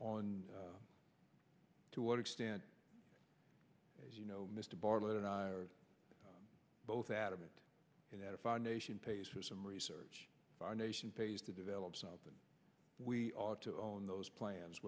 on to what extent as you know mr bartlett and i are both adamant that a foundation pays for some research by nation pays to develop something we ought to own those plans